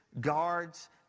guards